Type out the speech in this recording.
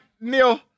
Neil